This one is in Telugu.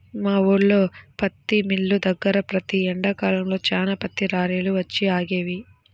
మా ఊల్లో పత్తి మిల్లు దగ్గర ప్రతి ఎండాకాలంలో చాలా పత్తి లారీలు వచ్చి ఆగేవి